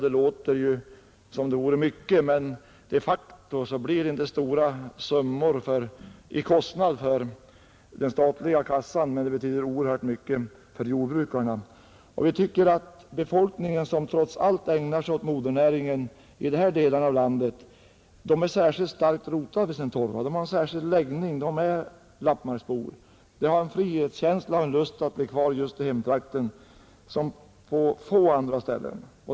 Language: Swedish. Det låter mycket men de facto blir det inte stora summor för den statliga kassan men det betyder oerhört mycket för jordbrukarna. Den befolkning som i dessa delar av landet trots allt ägnar sig åt modernäringen är särskilt starkt rotad vid torvan; de har en särskild läggning, de är lappmarksbor. De har stark frihetskänsla och en lust att bo kvar just i hemtrakten som få andra.